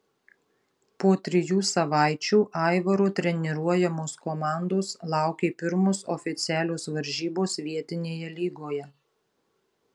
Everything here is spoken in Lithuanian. po trijų savaičių aivaro treniruojamos komandos laukė pirmos oficialios varžybos vietinėje lygoje